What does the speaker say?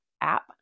app